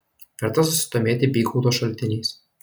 verta susidomėti bygaudo šaltiniais